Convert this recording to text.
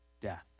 death